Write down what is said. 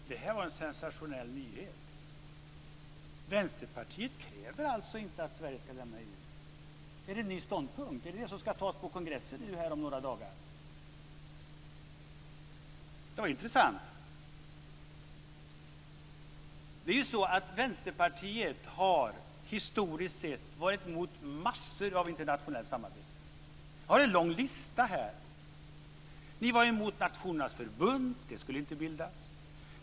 Fru talman! Det här var en sensationell nyhet. Vänsterpartiet kräver alltså inte att Sverige ska lämna EU. Är det en ny ståndpunkt som ska antas på kongressen om några dagar? Det var intressant. Vänsterpartiet har historiskt sett varit mot massor av internationellt samarbete. Jag har en lång lista över detta. Ni var emot att Nationernas förbund skulle bildas.